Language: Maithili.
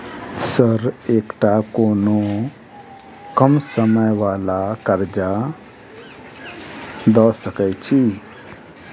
सर एकटा कोनो कम समय वला कर्जा दऽ सकै छी?